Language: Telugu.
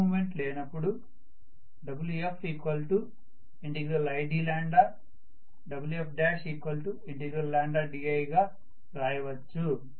ఏ మూవ్మెంట్ లేనప్పుడుWfid Wf1di గా రాయవచ్చు